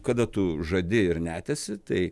kada tu žadi ir netesi tai